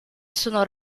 sono